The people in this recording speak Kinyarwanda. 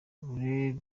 radio